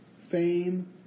fame